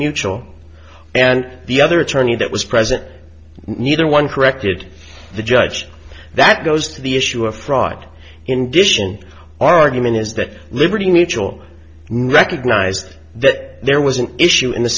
mutual and the other attorney that was present neither one corrected the judge that goes to the issue of fraud in dish and argument is that liberty mutual neck ignite that there was an issue in the